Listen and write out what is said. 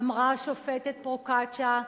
אמרה השופטת פרוקצ'יה,